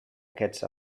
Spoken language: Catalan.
aquests